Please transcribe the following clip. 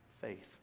faith